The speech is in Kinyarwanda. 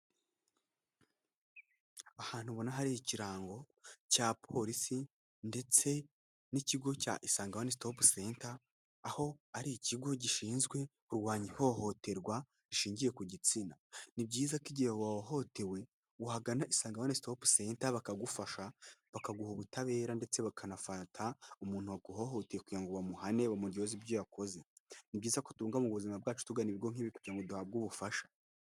Ahantu ubona hari ikirango cya polisi ndetse n'ikigo cya isange wanu sitopu centa, aho ari ikigo gishinzwe kurwanya ihohoterwa rishingiye ku gitsina. Ni byiza ko igihe wahohotewe uhagana, isange wanu sitopu centa bakagufasha. Bakaguha ubutabera ndetse bakanafata umuntu waguhohoteye kugira ngo bamuhane, bamuryoze ibyo yakoze. Ni byiza kutubungabunga mu buzima bwacu tugana ibigo k'ibi kugirango ngo duhabwe ubufasha.